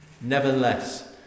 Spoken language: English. Nevertheless